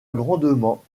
grandement